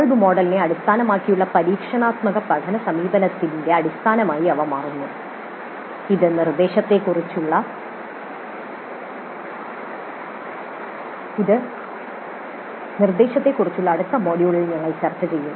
Kolb മോഡലിനെ അടിസ്ഥാനമാക്കിയുള്ള പരീക്ഷണാത്മക പഠന സമീപനത്തിന്റെ അടിസ്ഥാനമായി അവ മാറുന്നു ഇത് നിർദ്ദേശത്തെക്കുറിച്ചുള്ള അടുത്ത മൊഡ്യൂളിൽ ഞങ്ങൾ ചർച്ച ചെയ്യും